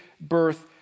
birth